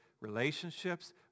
relationships